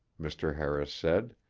mr. harris said,